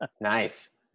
Nice